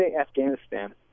Afghanistan